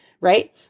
right